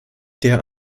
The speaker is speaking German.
der